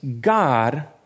God